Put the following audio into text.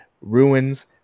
ruins